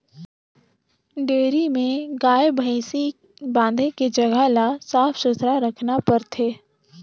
dairy में गाय, भइसी बांधे के जघा ल साफ सुथरा रखना परथे